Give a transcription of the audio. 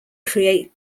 create